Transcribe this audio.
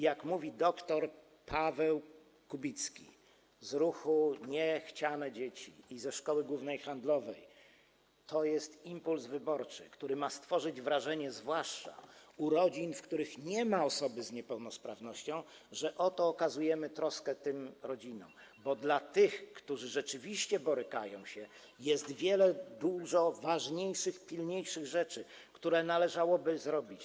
Jak mówi dr Paweł Kubicki ze stowarzyszenia Nie-Grzeczne Dzieci i Szkoły Głównej Handlowej, to jest impuls wyborczy, który ma stworzyć wrażenie zwłaszcza u rodzin, w których nie ma osoby z niepełnosprawnością, że oto okazujemy troskę tym rodzinom, bo w przypadku tych, którzy rzeczywiście borykają się z problemami, jest wiele dużo ważniejszych i pilniejszych rzeczy, które należałoby zrobić.